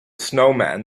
snowman